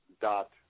dot